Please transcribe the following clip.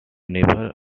never